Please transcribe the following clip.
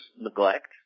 neglect